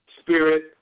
spirit